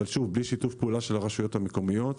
אבל בלי שיתוף פעולה של הרשויות המקומיות,